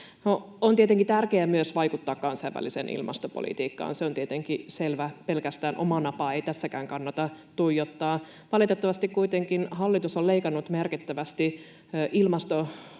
On tietenkin tärkeää myös vaikuttaa kansainväliseen ilmastopolitiikkaan, se on tietenkin selvä. Pelkästään omaa napaa ei tässäkään kannata tuijottaa. Valitettavasti kuitenkin hallitus on leikannut merkittävästi